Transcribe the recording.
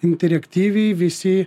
interaktyviai visi